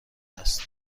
است